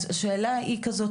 אז השאלה היא כזו,